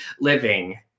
living